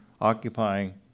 occupying